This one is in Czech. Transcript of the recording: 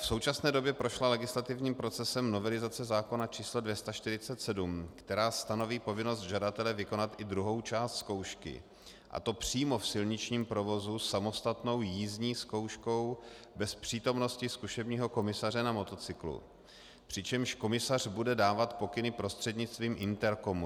V současné době prošla legislativním procesem novelizace zákona číslo 247, která stanoví povinnost žadatele vykonat i druhou část zkoušky, a to přímo v silničním provozu samostatnou jízdní zkouškou bez přítomnosti zkušebního komisaře na motocyklu, přičemž komisař bude dávat pokyny prostřednictvím intercomu.